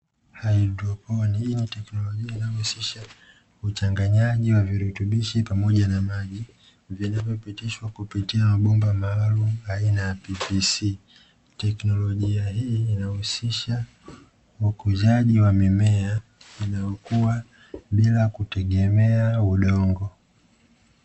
Haidroponi hii ni teknolojia inayohusisha uchanganyaji wa virutubishi pamoja na maji, vinavyopitishwa kupitia mabomba maalumu aina ya "PVC". Technologia hii inahusisha ukuzaji wa mimea inayokuwa bila kutegemea udongo.